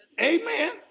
Amen